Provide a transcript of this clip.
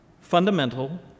fundamental